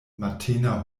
matena